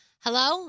hello